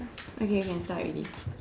okay can start already